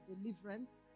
deliverance